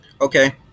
okay